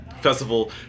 festival